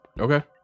Okay